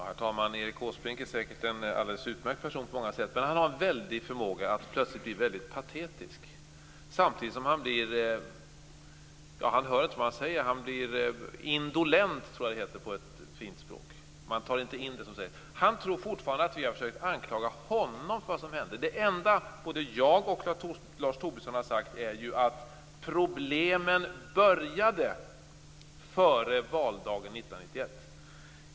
Herr talman! Erik Åsbrink är säkert en alldeles utmärkt person på många sätt, men han har en väldig förmåga att plötsligt bli väldigt patetisk, samtidigt som han inte hör vad man säger. Han blir indolent, som det heter på fint språk. Han tror fortfarande att vi har försökt anklaga honom för det som hände. Det enda som jag och Lars Tobisson har sagt är ju att problemen började före valdagen 1991.